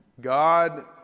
God